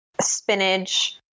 spinach